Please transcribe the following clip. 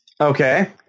Okay